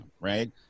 right